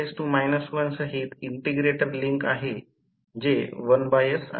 5 चे 1000 सह विभाजन आहे जर 600 KVA किंवा X2 I मिळवल्यास 11500 52